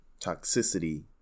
toxicity